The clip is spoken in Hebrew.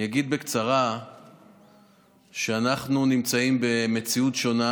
אני אגיד בקצרה שאנחנו נמצאים במציאות שונה,